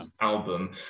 album